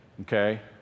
okay